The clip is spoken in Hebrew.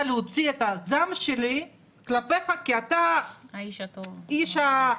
להוציא את הזעם שלי כלפיך כי אתה --- האיש הטוב במערכת.